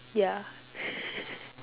ya